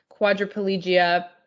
quadriplegia